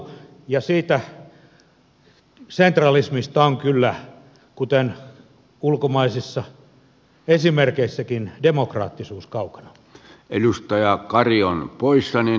ja siitä sentralismista on kyllä kuten ulkomaisissa esimerkeissäkin demokraattisuus kaukana edustaja kari on poissa niin